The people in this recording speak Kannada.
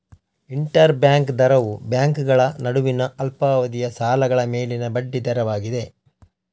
ಇಂಟರ್ ಬ್ಯಾಂಕ್ ದರವು ಬ್ಯಾಂಕುಗಳ ನಡುವಿನ ಅಲ್ಪಾವಧಿಯ ಸಾಲಗಳ ಮೇಲಿನ ಬಡ್ಡಿ ದರವಾಗಿದೆ